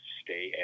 stay